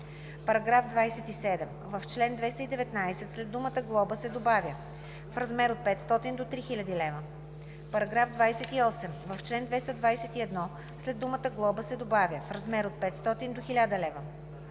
лв.“. § 27. В чл. 219 след думата „глоба“ се добавя „в размер от 500 до 3000 лв.“. § 28. В чл. 221 след думата „глоба“ се добавя „в размер от 500 до 1000 лв.“.